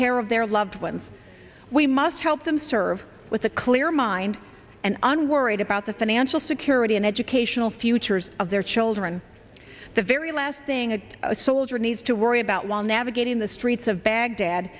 care of their loved ones we must help them serve with a clear mind and unworried about the financial security and educational futures of their children the very last thing a soldier needs to worry about one navigating the streets of baghdad